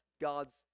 God's